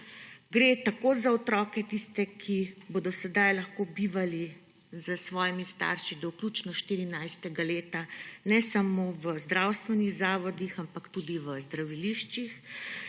Gre za otroke, tiste, ki bodo sedaj lahko bivali s svojimi starši do vključno 14. leta ne samo v zdravstvenih zavodih, ampak tudi v zdraviliščih,